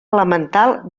elemental